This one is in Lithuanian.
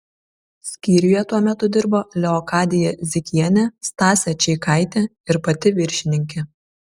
skyriuje tuo metu dirbo leokadija zikienė stasė čeikaitė ir pati viršininkė